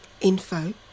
info